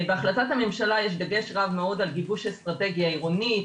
בהחלטת הממשלה יש דגש רב מאוד על גיבוש אסטרטגיה עירונית,